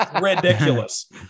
ridiculous